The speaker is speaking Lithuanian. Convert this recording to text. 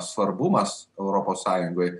svarbumas europos sąjungoj